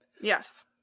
Yes